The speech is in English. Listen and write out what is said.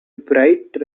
bright